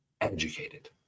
educated